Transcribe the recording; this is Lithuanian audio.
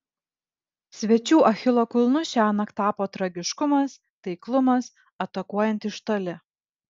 svečių achilo kulnu šiąnakt tapo tragiškumas taiklumas atakuojant iš toli